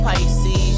Pisces